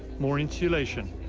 more insulation,